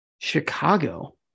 Chicago